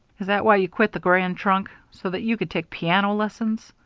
is that why you quit the grand trunk? so that you could take piano lessons?